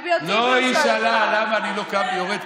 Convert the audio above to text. היא שאלה למה אני לא קם ויורד,